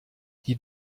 die